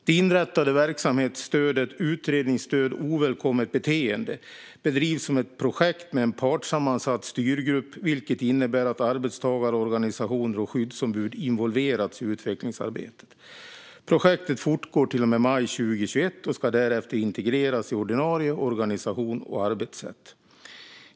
Det inrättade verksamhetsstödet Utredningsstöd ovälkommet beteende "bedrivs som ett projekt med en partssammansatt styrgrupp, vilket innebär att arbetstagarorganisationer och skyddsombud involverats i utvecklingsarbetet. Projektet fortgår till maj 2021 och integreras därefter i ordinarie organisation och arbetssätt.